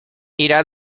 irá